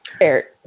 Eric